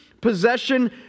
possession